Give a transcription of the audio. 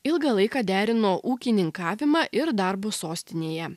ilgą laiką derino ūkininkavimą ir darbus sostinėje